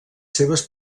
seves